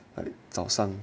like 早上